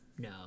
No